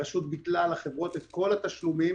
הרשות ביטלה לחברות את כל התשלומים